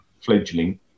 fledgling